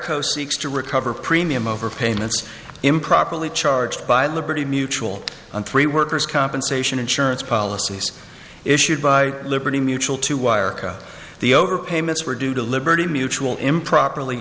seeks to recover premium over payments improperly charged by liberty mutual on three workers compensation insurance policies issued by liberty mutual to wire the overpayments were due to liberty mutual improperly